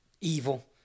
evil